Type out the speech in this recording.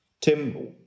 Tim